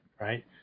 Right